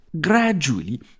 gradually